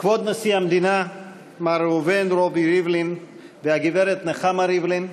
כבוד נשיא המדינה מר ראובן רובי ריבלין והגברת נחמה ריבלין,